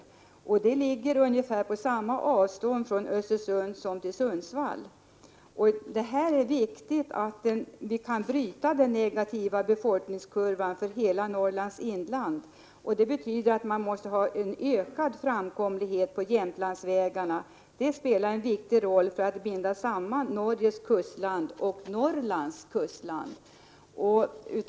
Det området ligger ungefär på samma avstånd från Östersund som från Sundsvall. Det är viktigt att vi kan bryta den negativa befolkningskurvan för hela Norrlands inland. Det betyder att man måste få en ökad framkomlighet på Jämtlandsvägarna. Detta spelar en viktig roll för att man skall kunna binda samman Norges och Norrlands kustland.